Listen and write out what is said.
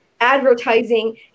advertising